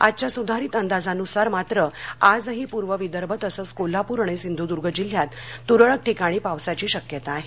आजच्या सुधारित अंदाजानुसार मात्र आजही पूर्व विदर्भ तसंच कोल्हापूर आणि सिंधुदूर्ग जिल्ह्यात तुरळक ठिकाणी पावसाची शक्यता आहे